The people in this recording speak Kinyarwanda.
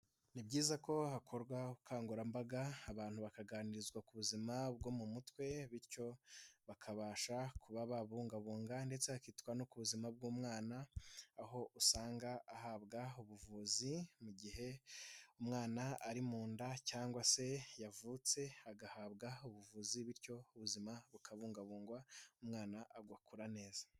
Ni byiza ko hakorwa ubukangurambaga abantu bakaganirizwa ku buzima bwo mu mutwe bityo bakabasha kuba babungabunga ndetse hakitwa no ku buzima bw'umwana, aho usanga ahabwa ubuvuzi mu gihe umwana ari mu nda cyangwa se yavutse, agahabwa ubuvuzi bityo ubuzima bukabungabungwa, umwana agakura neza.